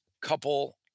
couple